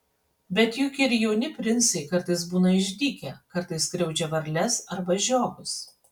bet juk ir jauni princai kartais būna išdykę kartais skriaudžia varles arba žiogus